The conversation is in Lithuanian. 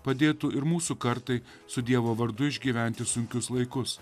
padėtų ir mūsų kartai su dievo vardu išgyventi sunkius laikus